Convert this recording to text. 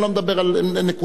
אני לא מדבר נקודתי,